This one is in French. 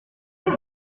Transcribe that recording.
huit